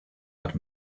had